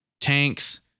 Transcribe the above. tanks